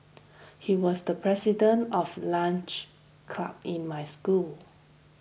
he was the president of lunch club in my school